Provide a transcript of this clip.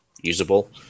usable